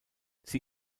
sie